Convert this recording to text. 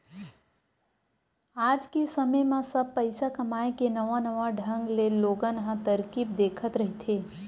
आज के समे म सब पइसा कमाए के नवा नवा ढंग ले लोगन ह तरकीब देखत रहिथे